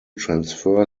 transfer